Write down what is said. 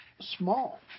small